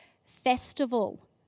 festival